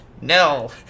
No